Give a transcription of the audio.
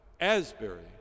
Asbury